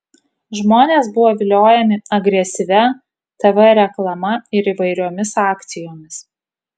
žmonės buvo viliojami agresyvia tv reklama ir įvairiomis akcijomis